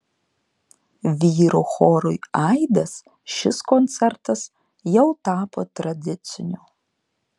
vyrų chorui aidas šis koncertas jau tapo tradiciniu